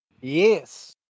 Yes